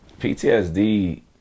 PTSD